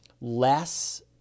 less